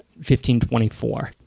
1524